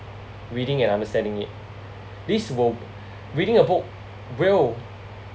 reading and understanding it this will reading a book will